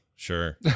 Sure